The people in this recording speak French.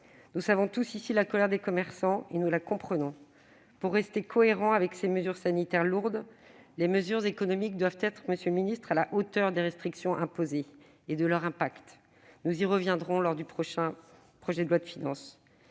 Nous savons tous, ici, la colère des commerçants et nous la comprenons. Pour rester cohérentes avec ces mesures sanitaires lourdes, monsieur le ministre, les mesures économiques doivent être à la hauteur des restrictions imposées et de leur impact- nous y reviendrons lors de l'examen du projet de loi de finances.